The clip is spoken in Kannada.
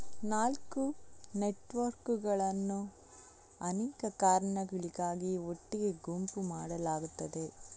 ನಾಲ್ಕು ನೆಟ್ವರ್ಕುಗಳನ್ನು ಅನೇಕ ಕಾರಣಗಳಿಗಾಗಿ ಒಟ್ಟಿಗೆ ಗುಂಪು ಮಾಡಲಾಗುತ್ತದೆ